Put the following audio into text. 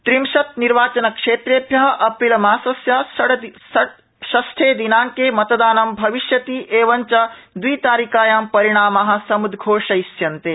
त्रिंशत्निर्वाचनक्षेत्रेभ्य एप्रिलमास्य षट्दिनांके मतदानं भविष्यति एवञ्च दवितारिकायां परिणामा समुद्घोषयिष्यन्ते